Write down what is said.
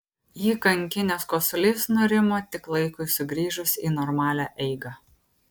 jį kankinęs kosulys nurimo tik laikui sugrįžus į normalią eigą